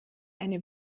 eine